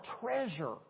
treasure